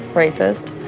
racist.